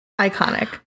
Iconic